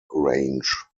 range